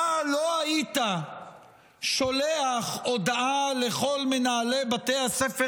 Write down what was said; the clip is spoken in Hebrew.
אתה לא היית שולח הודעה לכל מנהלי בתי הספר